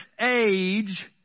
age